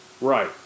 Right